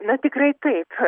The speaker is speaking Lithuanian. na tikrai taip